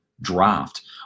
draft